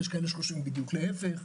יש חושבים להפך,